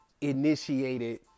initiated